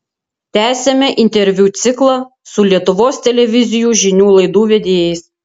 tęsiame interviu ciklą su lietuvos televizijų žinių laidų vedėjais